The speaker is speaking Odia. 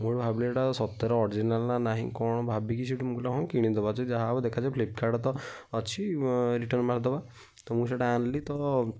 ମୁଁ ଭାବିଲି ଏଇଟା ସତରେ ଅରଜିନାଲ୍ ନା ନାହିଁ କ'ଣ ଭାବିକି ସେଇଠୁ ମୁଁ କହିଲି ହଁ କିଣିଦେବା ସେ ଯାହା ହବ ଦେଖାଯିବ ଫ୍ଲିପକାର୍ଟ୍ ତ ଅଛି ରିଟର୍ନ୍ ମାରିଦବା ତ ମୁଁ ସେଇଟା ଆଣିଲି ତ